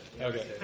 Okay